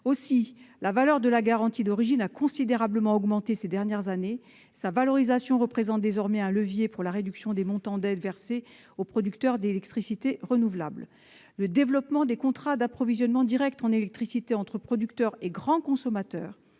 Aussi, la valeur de la garantie d'origine a considérablement augmenté ces dernières années : sa valorisation représente désormais un levier pour la réduction des montants d'aides versées aux producteurs d'électricité renouvelable. Le développement des contrats d'approvisionnement direct en électricité entre producteurs et grands consommateurs-